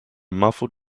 muffled